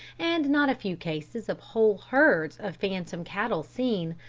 and not a few cases of whole herds of phantom cattle seen,